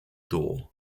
door